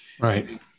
Right